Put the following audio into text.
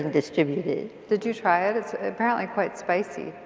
and distribute it. did you try it? it's apparently quite spicy.